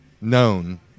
known